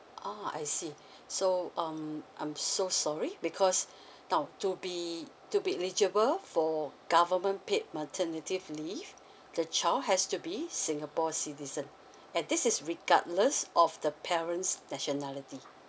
ah I see so um I'm so sorry because now to be to be eligible for government paid maternity f~ leave the child has to be singapore citizen and this is regardless of the parent's nationality